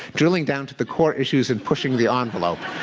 drilling down to the core issues and pushing the um envelope.